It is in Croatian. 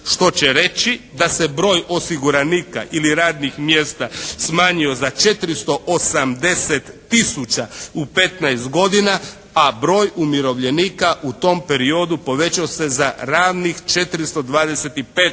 što će reći da se broj osiguranika ili radnih mjesta smanjio za 480 000 u 15 godina, a broj umirovljenika u tom periodu povećao se za ravnih 425 000